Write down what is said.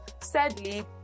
sadly